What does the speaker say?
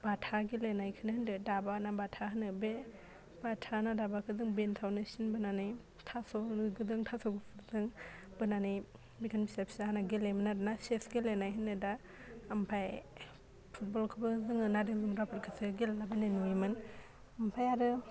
बाथा गेलेनायखौनो होनदो दाबा ना बाथा होनो बे बाथा ना दाबाखौ जों बेन्सआवनो सिन बोनानै थास' गोदों थास' गुफुरजों बोनानै बिदिनो फिसा फिसा हाना गेलेयोमोन आरो ना सेच गेलेनाय होनो दा ओमफाय फुटबलखौबो जोङो नारें जुमब्राफोरखौसो गेलेला बायनाइ नुयोमोन ओमफाय आरो